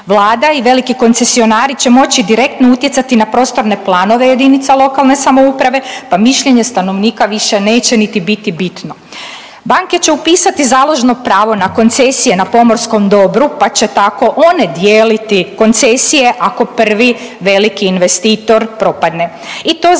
Vlada i veliki koncesionari će moći direktno utjecati na prostorne planove jedinica lokalne samouprave pa mišljenje stanovnika više neće niti biti bitno. Banke će upisati založno pravo na koncesije na pomorskom dobru, pa će tako one dijeliti koncesije ako prvi veliki investitor propadne